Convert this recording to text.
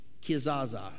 kizaza